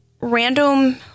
Random